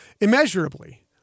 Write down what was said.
immeasurably